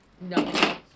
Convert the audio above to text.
No